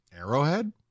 Arrowhead